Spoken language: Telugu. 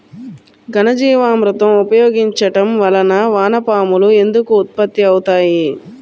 ఘనజీవామృతం ఉపయోగించటం వలన వాన పాములు ఎందుకు ఉత్పత్తి అవుతాయి?